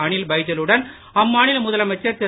அனில் பைஜலுடன் அம்மாநில முதலமைச்சர் திரு